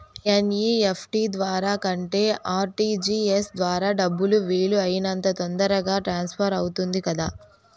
NEFT ద్వారా కంటే RTGS ద్వారా డబ్బు వీలు అయినంత తొందరగా ట్రాన్స్ఫర్ అవుతుంది కదా